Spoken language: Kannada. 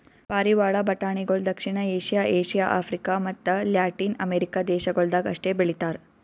ಪಾರಿವಾಳ ಬಟಾಣಿಗೊಳ್ ದಕ್ಷಿಣ ಏಷ್ಯಾ, ಏಷ್ಯಾ, ಆಫ್ರಿಕ ಮತ್ತ ಲ್ಯಾಟಿನ್ ಅಮೆರಿಕ ದೇಶಗೊಳ್ದಾಗ್ ಅಷ್ಟೆ ಬೆಳಿತಾರ್